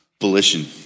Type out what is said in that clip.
volition